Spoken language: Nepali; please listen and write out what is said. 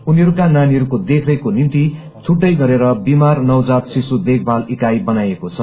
उनीहरूका नानीहरूको देखरेखको निम्ति छुट्टै गरेर विमार नवजात शिशु देखभाल इकाई बनाइएको छ